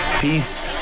Peace